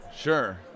Sure